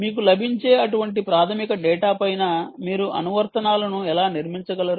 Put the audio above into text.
మీకు లభించే అటువంటి ప్రాథమిక డేటా పైన మీరు అనువర్తనాలను ఎలా నిర్మించగలరు